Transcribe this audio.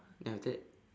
then after that